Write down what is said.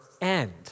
end